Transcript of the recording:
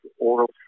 oral